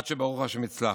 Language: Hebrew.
עד שברוך השם הצלחנו.